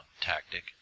tactic